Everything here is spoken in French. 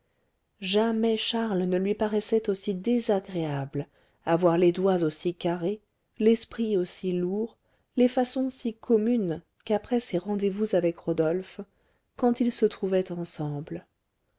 jamais charles ne lui paraissait aussi désagréable avoir les doigts aussi carrés l'esprit aussi lourd les façons si communes qu'après ses rendez-vous avec rodolphe quand ils se trouvaient ensemble